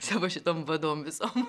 savo šitom vadom visom